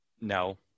No